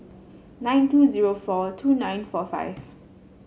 nine two zero four two nine four five